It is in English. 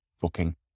booking